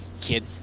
kid